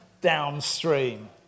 downstream